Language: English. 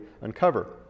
uncover